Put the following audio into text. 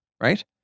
Right